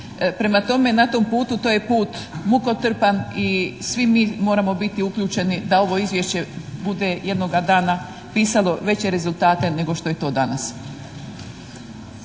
Prema tome, na tom putu, to je put mukotrpan i svi mi moramo biti uključeni da ovo izvješće bude jednoga dana pisalo veće rezultate nego što je to danas.